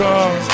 God